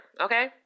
okay